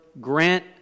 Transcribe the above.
grant